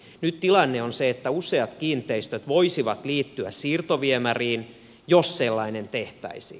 nyt tilanne on se että useat kiinteistöt voisivat liittyä siirtoviemäriin jos sellainen tehtäisiin